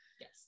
yes